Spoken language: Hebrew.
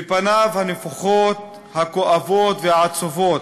בפניו הנפוחות, הכואבות והעצובות.